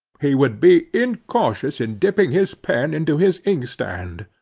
he would be incautious in dipping his pen into his inkstand.